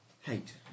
Hate